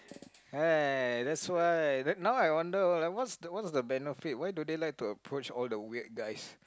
ah that's why then now I wonder like what what's the benefit why do they like to approach all the weird guys